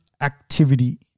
activity